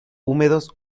húmedos